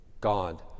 God